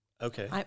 Okay